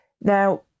Now